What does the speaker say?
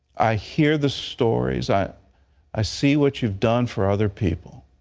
i hear the stories, i i see what you've done for other people,